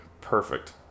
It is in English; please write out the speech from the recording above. Perfect